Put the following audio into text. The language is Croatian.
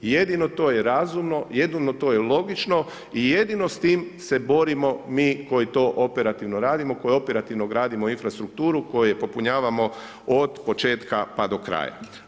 I jedino to je razumno, jedino to je logično i jedino s tim se borimo mi koji to operativno radimo, koji operativno radimo infrastrukturu, koji popunjavamo od početka pa do kraja.